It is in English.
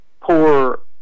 poor